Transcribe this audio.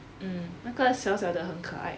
um 那个小小的很可爱